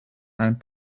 and